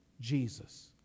Jesus